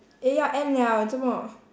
eh 要 end 了做么